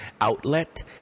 outlet